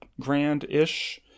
grand-ish